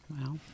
Wow